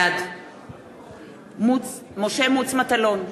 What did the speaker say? בעד משה מטלון,